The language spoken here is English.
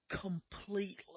Completely